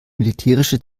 militärische